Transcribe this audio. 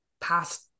past